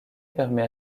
permet